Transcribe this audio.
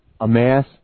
amass